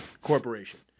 corporation